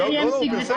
הוא פרסם על זה